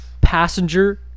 Passenger